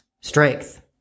Strength